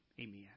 Amen